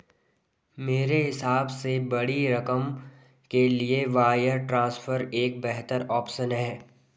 मेरे हिसाब से बड़ी रकम के लिए वायर ट्रांसफर एक बेहतर ऑप्शन है